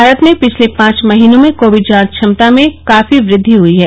भारत में पिछले पांच महीनों में कोविड जांच क्षमता में काफी वृद्वि हई है